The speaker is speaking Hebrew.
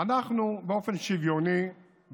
אנחנו באים ומציעים